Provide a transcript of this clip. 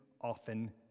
often